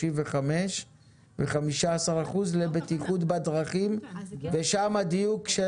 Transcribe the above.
35% ו-15% לבטיחות בדרכים והדיוק הוא